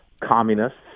communists